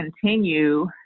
continue